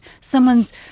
someone's